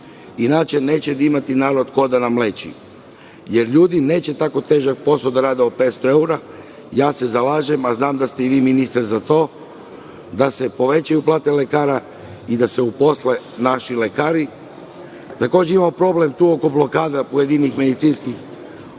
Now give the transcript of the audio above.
inače neće imati narod ko da nam leči, jer ljudi neće tako težak posao da rade za 500 evra. Zalažem se za, a znam da ste i vi ministre za to, da se povećaju plate lekara i da se uposle naši lekari. Takođe imamo problem blokada oko pojedinih medicinskih centara,